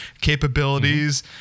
capabilities